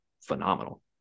phenomenal